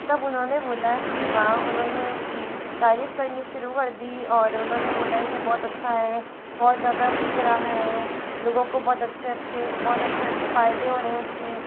तब उन्होंने बोला कि हाँ उन्होंने उसकी तारीफ़ करनी शुरू कर दी और उन्होंने बोला ये बहुत अच्छा है बहुत ज़्यादा बिक रहा है लोगों को बहुत अच्छे अच्छे बहौत अच्छे अच्छे फ़ायदे हो रहें हैं इससे